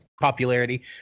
popularity